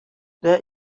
there